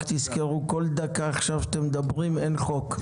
רק תזכרו, כל דקה עכשיו שאתם מדברים אין חוק.